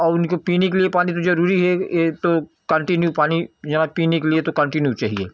और उनके पीने के लिए पानी तो ज़रूरी है यह तो कन्टीन्यू पानी या पीने के लिए तो कन्टीन्यू चाहिए